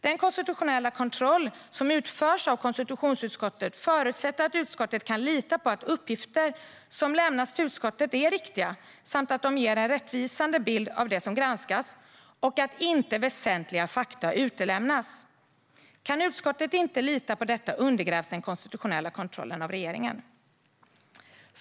Den konstitutionella kontroll som utförs av konstitutionsutskottet förutsätter att utskottet kan lita på att uppgifter som lämnas till utskottet är riktiga samt ger en rättvisande bild av det som granskas och att inte väsentliga fakta utelämnas. Kan utskottet inte lita på detta undergrävs den konstitutionella kontrollen av regeringen.